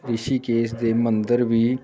ਰਿਸ਼ੀਕੇਸ਼ ਦੇ ਮੰਦਰ ਵੀ